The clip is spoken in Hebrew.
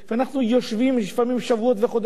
כי אנחנו יושבים לפעמים שבועות וחודשים